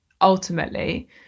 ultimately